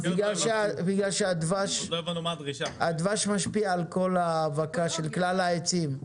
בגלל שהדבש משפיע על האבקה של כלל העצים.